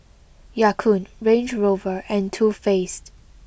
Ya Kun Range Rover and Too Faced